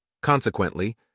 Consequently